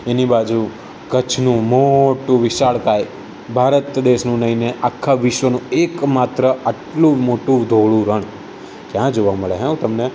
એની બાજુ કચ્છનું મોટું વિશાળકાય ભારત દેશનું નહીં ને આખા વિશ્વનું એક માત્ર આટલું મોટું ધોળું રણ ક્યાં જોવા મળે હેં તમને